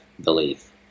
belief